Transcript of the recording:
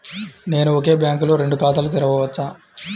నేను ఒకే బ్యాంకులో రెండు ఖాతాలు తెరవవచ్చా?